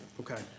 okay